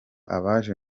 abaje